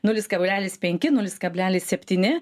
nulis kablelis penki nulis kablelis septyni